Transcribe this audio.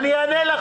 אני יודע.